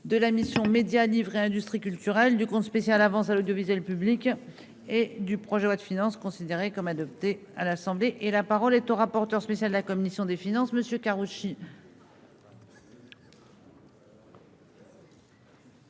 de la mission Médias livre et industries culturelles du compte spécial avances à l'audiovisuel public et du projet loi de finances, considéré comme adopté à l'Assemblée et la parole est au rapporteur spécial de la commission des finances monsieur Karoutchi.